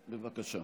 בבקשה.